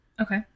Okay